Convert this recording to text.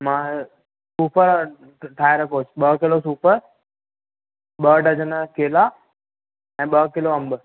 मां सूफ़ ठाहे रखोसि ॿ किलो सूफ़ ॿ डज़न केला ऐं ॿ किलो अंब